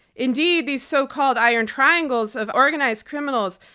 indeed, these so-called iron triangles of organized criminals,